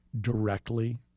directly